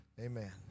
Amen